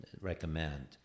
recommend